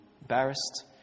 embarrassed